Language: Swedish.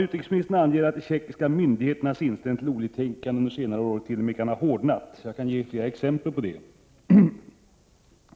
Utrikesministern anger att de tjeckoslovakiska myndigheternas inställning till oliktänkande under senare år t.o.m. kan ha hårdnat. Jag kan ge ytterligare exempel på detta.